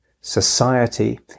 society